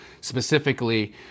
specifically